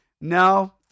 no